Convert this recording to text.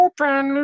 Open